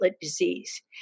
disease